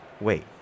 Wait